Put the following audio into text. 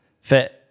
fit